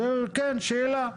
זאת שאלה.